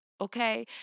okay